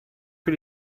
que